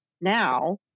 now